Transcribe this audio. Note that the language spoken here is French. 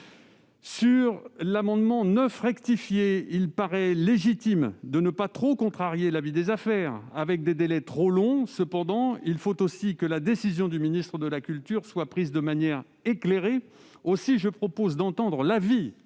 l'amendement n° 9 rectifié, il paraît légitime de ne pas trop contrarier la vie des affaires avec des délais trop longs. Néanmoins, il faut aussi que la décision du ministre de la culture soit prise de manière éclairée. Aussi, je propose d'entendre l'avis